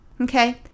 okay